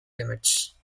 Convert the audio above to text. limits